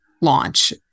launch